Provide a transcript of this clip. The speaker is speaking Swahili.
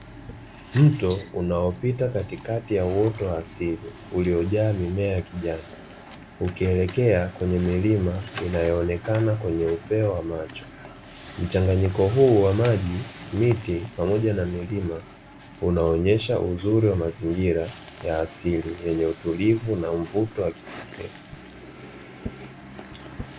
Mto unaopita katikati ya uoto wa asili ulio jaa mimea ya kijani, ukielekea kwenye milima inayoonekana kwenye upeo wa macho. Mchanganyiko huu wa maji, miti pamoja na milima unaonyuesha uzuri wa mazingira, yaasili yenye utulivu na mvuto wa kipekee.